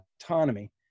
autonomy